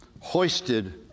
Hoisted